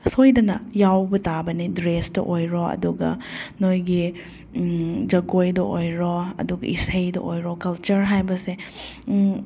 ꯁꯣꯏꯗꯅ ꯌꯥꯎꯕ ꯇꯥꯕꯅꯦ ꯗ꯭ꯔꯦꯁꯇ ꯑꯣꯏꯔꯣ ꯑꯗꯨꯒ ꯅꯣꯏꯒꯤ ꯖꯒꯣꯏꯗ ꯑꯣꯏꯔꯣ ꯑꯗꯨꯒ ꯏꯁꯩꯗ ꯑꯣꯏꯔꯣ ꯀꯜꯆꯔ ꯍꯥꯏꯕꯁꯦ